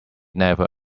never